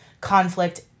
conflict